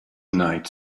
night